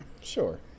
Sure